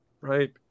right